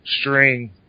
string